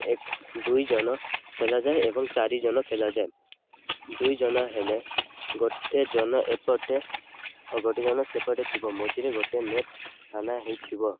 ଏକ୍ ଦୁଇ ଜନ ଖେଲାାଯାଏ ଏବଂ ଚାରି ଜନ ଖେଲାାଯାଏ ଦୁଇ ଜନ ହେଲେ ଗୋଟେ ଜନ ଏପଟେ ଓ ଗୋଟେ ଜନ ସେପଟେ ଥିବ ମଝିରେ ଗୋଟେ ନେଟ୍ ଟାନା ହେଇଥିବ